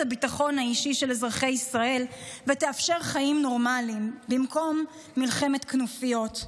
הביטחון האישי של אזרחי ישראל ותאפשר חיים נורמליים במקום מלחמת כנופיות.